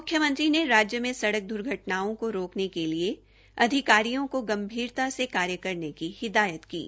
मुख्यमंत्री ने राज्य में सड़क द्र्घटनाओं को रोकने के लिए अधिकारियों को गंभीरता से कार्य करने की हिदायत की है